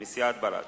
מסיעת בל"ד.